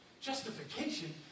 Justification